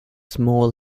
small